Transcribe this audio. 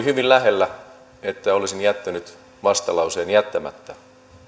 hyvin lähellä että olisin jättänyt vastalauseen jättämättä